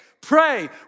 pray